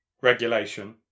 regulation